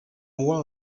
moi